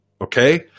Okay